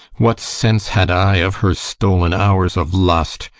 what sense had i of her stol'n hours of lust?